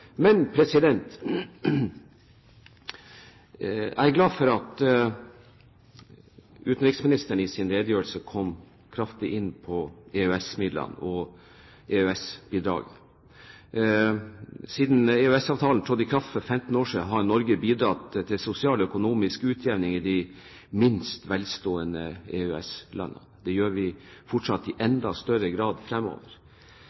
sin redegjørelse kom sterkt inn på EØS-midlene og EØS-bidrag. Siden EØS-avtalen trådte i kraft for 15 år siden, har Norge bidratt til sosial og økonomisk utjevning i de minst velstående EØS-landene. Det gjør vi fortsatt – og i